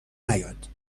نیاد